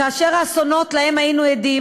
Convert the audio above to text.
כי האסונות שלהם היינו עדים,